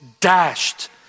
dashed